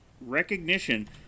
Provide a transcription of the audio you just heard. recognition